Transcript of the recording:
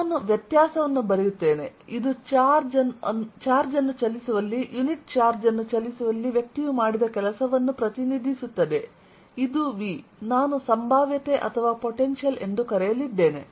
ನಾನು ವ್ಯತ್ಯಾಸವನ್ನು ಬರೆಯುತ್ತೇನೆ ಇದು ಚಾರ್ಜ್ ಅನ್ನು ಚಲಿಸುವಲ್ಲಿ ಯುನಿಟ್ ಚಾರ್ಜ್ ಅನ್ನು ಚಲಿಸುವಲ್ಲಿ ವ್ಯಕ್ತಿಯು ಮಾಡಿದ ಕೆಲಸವನ್ನು ಪ್ರತಿನಿಧಿಸುತ್ತದೆ ಇದು V ನಾನು ಸಂಭಾವ್ಯತೆ ಅಥವಾ ಪೊಟೆನ್ಶಿಯಲ್ ಎಂದು ಕರೆಯಲಿದ್ದೇನೆ